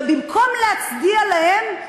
ובמקום להצדיע להם,